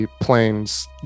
plane's